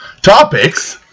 Topics